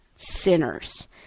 sinners